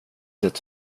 det